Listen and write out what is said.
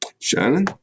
Shannon